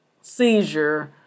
seizure